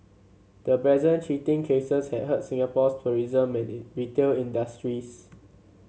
the brazen cheating cases had hurt Singapore's tourism may retail industries